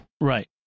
right